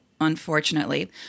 unfortunately